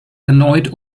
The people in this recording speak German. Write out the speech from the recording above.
erneut